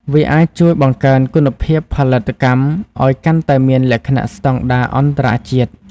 វាអាចជួយបង្កើនគុណភាពផលិតកម្មឲ្យកាន់តែមានលក្ខណៈស្តង់ដារអន្តរជាតិ។